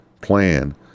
plan